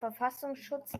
verfassungsschutz